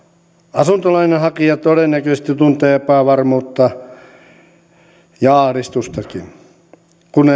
asuntolainan hakija todennäköisesti tuntee epävarmuutta ja ahdistustakin kun